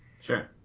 Sure